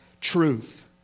truth